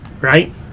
Right